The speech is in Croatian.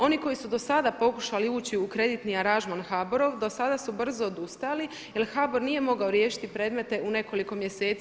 Oni koji su dosada pokušali ući u kreditni aranžman HBOR-ov dosada su brzo odustajali jer HBOR nije mogao riješiti predmete u nekoliko mjeseci.